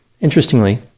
Interestingly